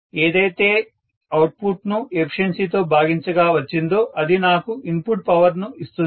ఏదైతే అవుట్పుట్ ను ఎఫిషియన్సీతో భాగించగా వచ్చిందో అది నాకు ఇన్పుట్ పవర్ ను ఇస్తుంది